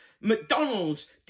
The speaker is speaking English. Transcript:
McDonald's